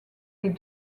les